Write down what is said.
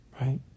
Right